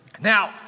Now